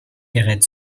gerät